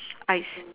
I see